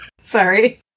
Sorry